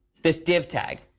this div tag.